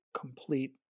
complete